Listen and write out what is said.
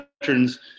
veterans